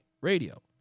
Radio